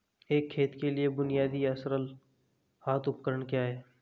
एक खेत के लिए बुनियादी या सरल हाथ उपकरण क्या हैं?